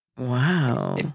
Wow